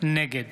נגד